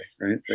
right